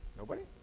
nobody?